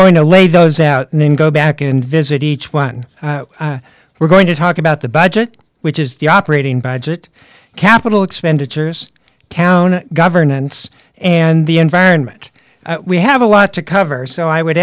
going to lay those out and then go back and visit each one we're going to talk about the budget which is the operating budget capital expenditures town governance and the environment we have a lot to cover so i would